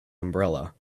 umbrella